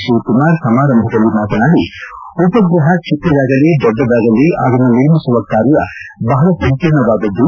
ಶಿವಕುಮಾರ್ ಸಮಾರಂಭದಲ್ಲಿ ಮಾತನಾಡಿ ಉಪಗ್ರಹ ಚಿಕ್ಕದಾಗಲಿ ದೊಡ್ಡದಾಗಲಿ ಅದನ್ನು ನಿರ್ಮಿಸುವ ಕಾರ್ಯ ಬಹಳ ಸಂಕೀರ್ಣವಾದದ್ದು